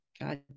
God